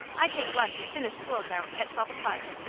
i take lunch as soon as school is out, at twelve o'clock,